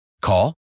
Call